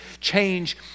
change